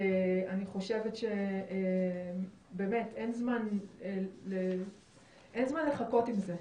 אין זמן לחכות עם זה.